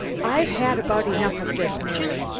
i've had about enough of this, mary.